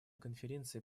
конференции